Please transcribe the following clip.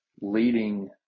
leading